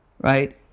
right